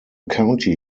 county